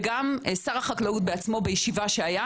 וגם שר החקלאות בעצמו בישיבה שהייתה